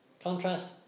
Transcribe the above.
Contrast